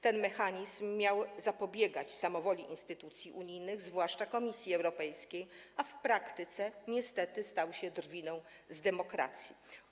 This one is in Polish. Ten mechanizm miał zapobiegać samowoli instytucji unijnych, zwłaszcza Komisji Europejskiej, a w praktyce niestety stał się drwiną z demokracji.